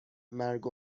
مرگ